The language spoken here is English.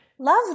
Love